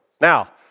Now